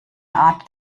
art